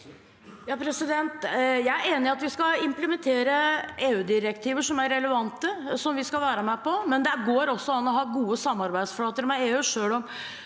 (A) Jeg er enig i at vi skal implementere EU-direktiver som er relevante, og som vi skal være med på, men det går også an å ha gode samarbeidsflater med EU uten at